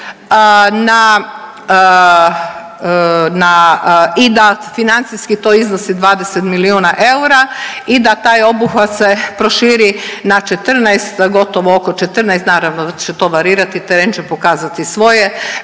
i da financijski to iznosi 20 milijuna eura i da taj obuhvat se proširi na 14 gotovo oko 14, naravno da će se to varirati, teren će pokazati svoje